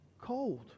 cold